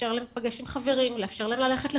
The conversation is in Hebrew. להיפגש עם חברים,